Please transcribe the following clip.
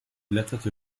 blätterte